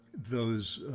those